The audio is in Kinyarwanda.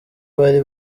bari